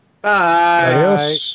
Bye